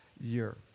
year